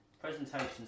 Presentation's